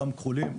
גם כחולים,